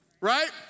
right